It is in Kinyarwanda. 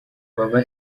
baba